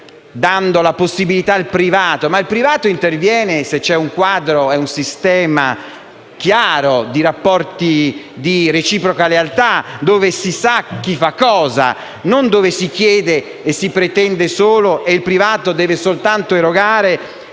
dando una possibilità al privato. Ma il privato interviene se ci sono un quadro e un sistema chiaro di rapporti di reciproca lealtà, dove si sa chi fa cosa e non dove si chiede e si pretende soltanto, mentre il privato si deve limitare a erogare